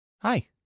hi